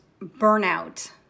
burnout